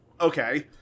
Okay